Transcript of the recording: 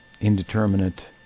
indeterminate